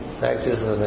practices